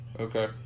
okay